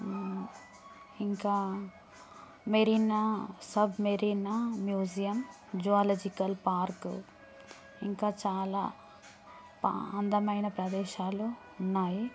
ఇంకా మెరీనాసబ్ Marina museum zoological park ఇంకా చాలా అందమైన ప్రదేశాలు ఉన్నాయి